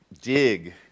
dig